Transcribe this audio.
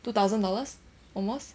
two thousand dollars almost